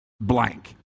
blank